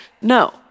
no